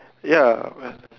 ya